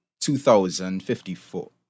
2054